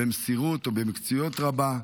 במסירות ובמקצועיות רבה,